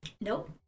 Nope